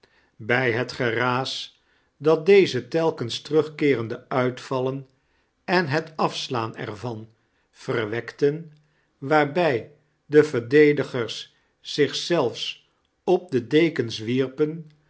bij het geraas dat deze telkeihs terugkeerende uitvallen en het af slaan er van verwekten waarbij de verdedigers zich zelfs op de dekens wierpen